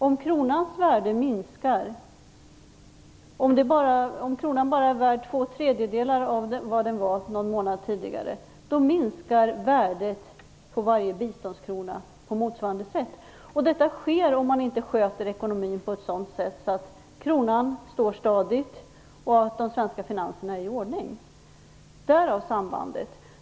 Om kronans värde minskar, om kronan bara är värd två tredjedelar av vad den var någon månad tidigare, då minskar värdet av varje biståndskrona på motsvarande sätt. Detta sker om man inte sköter ekonomin på ett sådant sätt att kronan står stadigt och att de svenska finanserna är i ordning. Därav sambandet.